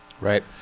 Right